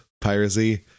piracy